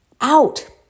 out